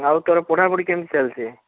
ଆଉ ତୋର ପଢ଼ାପଢ଼ି କେମିତି ଚାଲିଛି